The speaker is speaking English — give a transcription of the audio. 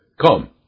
Come